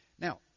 Now